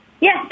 Yes